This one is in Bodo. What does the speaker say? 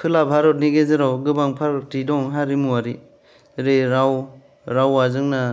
खोला भारतनि गेजेराव गोबां फारागथि दं हारिमुवारि जेरै राव रावआ जोंना